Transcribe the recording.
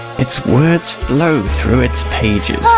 its words flow through its pages,